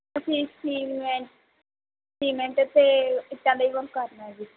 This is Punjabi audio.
ਤੁਸੀਂ ਸੀਮੇਂਟ ਅਤੇ ਇੱਟਾਂ ਦਾ ਹੀ ਕੰਮ ਕਰਨਾ ਜੀ